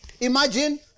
Imagine